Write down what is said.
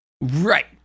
Right